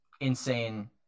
insane